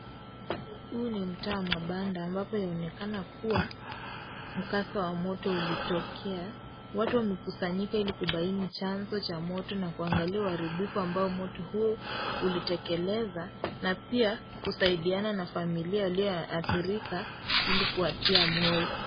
Huu ni mta wa mabanda ambapo yaonekana kuwa mkasa wa moto ulitokea, watu wamekusanyika ili kubaini chanzo, cha moto, na kuangalia uharibifu ambao moto huo ulitekeleza, na pia kusaidiana na familia iliyoathirika ili kuwatia moyo.